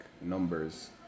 numbers